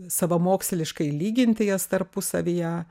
savamoksliškai lyginti jas tarpusavyje